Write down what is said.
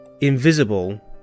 invisible